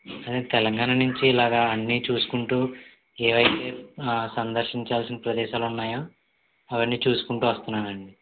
నేను తెలంగాణ నుంచి ఇలాగ అన్ని చూసుకుంటూ ఏవైతే సందర్శించాల్సిన ప్రదేశాలు ఉన్నాయో అవన్నీ చూసుకుంటూ వస్తున్నాను అండి